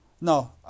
no